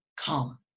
come